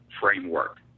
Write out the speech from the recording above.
framework